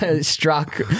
Struck